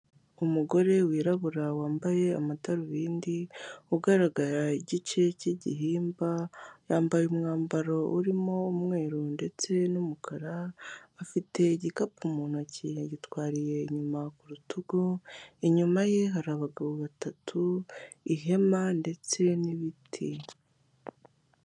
Umugore wirabura wambaye amadarubindi ugaragara igice cy'igihimba, yambaye umwambaro urimo umweru ndetse n'umukara. Afite igikapu mu ntoki, akagikurikiye inyuma ku rutugu . Inyuma ye hari abagabo batatu iheme ndetse n' ibiti